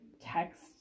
text